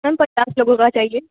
ma'am पचास लोगों का चाहिए